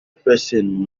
person